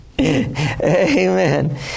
Amen